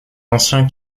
anciens